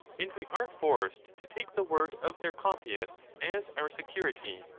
and we are forced to take the word of their copyists as our security.